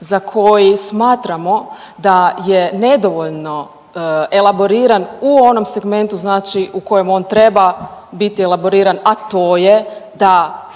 za koji smatramo da je nedovoljno elaboriran u onom segmentu znači u kojem on treba biti elaboriran, a to je da